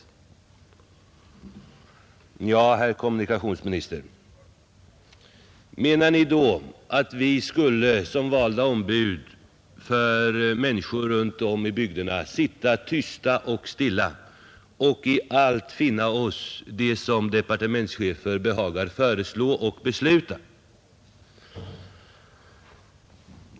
Menar herr kommunikationsministern då att vi som valda ombud för människor runt om i bygderna skulle förhålla oss tysta och stilla och i allt finna oss i vad departementschefer behagar föreslå och besluta?